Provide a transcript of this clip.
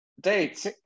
dates